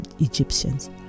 egyptians